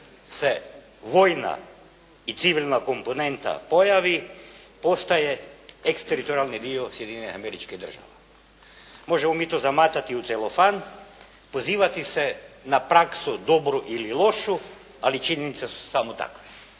se vojna i civilna komponenta pojavi postaje eksteritorijalni dio Sjedinjenih Američkih Država. Možemo mi to zamatati u celofan, pozivati se na praksu dobru ili lošu, ali činjenice su samo takve.